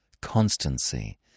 constancy